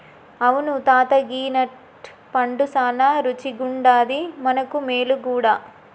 అవును తాత గీ నట్ పండు సానా రుచిగుండాది మనకు మేలు గూడా